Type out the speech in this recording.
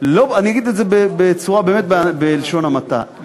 ואני אגיד את זה באמת בלשון המעטה,